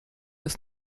das